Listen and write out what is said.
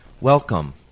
Welcome